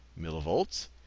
millivolts